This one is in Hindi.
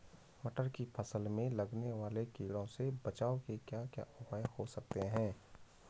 मटर की फसल में लगने वाले कीड़ों से बचाव के क्या क्या उपाय हो सकते हैं?